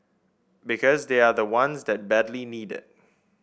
because they are the ones that badly need it